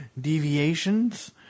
deviations